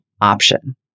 option